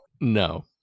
No